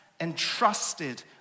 entrusted